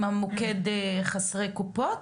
עם מוקד חסרי קופות,